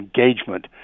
engagement